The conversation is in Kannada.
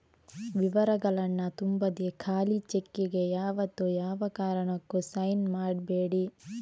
ವಿವರಗಳನ್ನ ತುಂಬದೆ ಖಾಲಿ ಚೆಕ್ಕಿಗೆ ಯಾವತ್ತೂ ಯಾವ ಕಾರಣಕ್ಕೂ ಸೈನ್ ಮಾಡ್ಬೇಡಿ